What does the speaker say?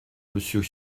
monsieur